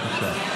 סטרוק.